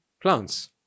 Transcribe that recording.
plants